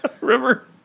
River